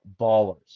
ballers